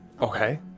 Okay